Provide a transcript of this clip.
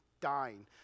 dying